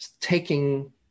taking